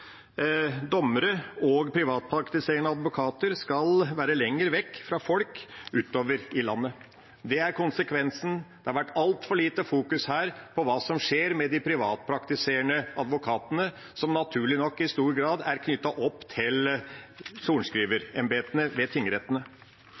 Dommere og privatpraktiserende advokater skal være lenger vekk fra folk utover i landet. Det er konsekvensen. Det har vært altfor lite fokus her på hva som skjer med de privatpraktiserende advokatene, som naturlig nok i stor grad er knyttet opp til